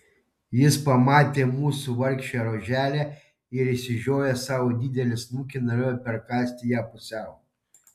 jis pamatė mūsų vargšę roželę ir išžiojęs savo didelį snukį norėjo perkąsti ją pusiau